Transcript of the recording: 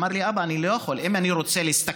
הוא אמר לי: אבא, אני לא יכול, אם אני רוצה להשתכר